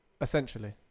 Essentially